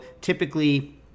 typically